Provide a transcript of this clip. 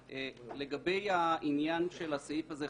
לגבי העניין של הסעיף הזה,